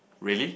really